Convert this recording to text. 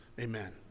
amen